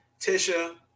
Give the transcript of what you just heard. Tisha